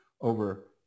over